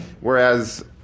whereas